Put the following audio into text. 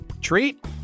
treat